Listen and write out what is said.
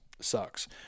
sucks